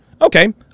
Okay